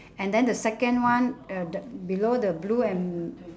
and then the second one uh the below the blue and